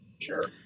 sure